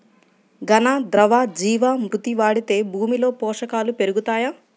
ఘన, ద్రవ జీవా మృతి వాడితే భూమిలో పోషకాలు పెరుగుతాయా?